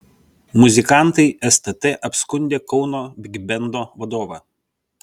muzikantai stt apskundė kauno bigbendo vadovą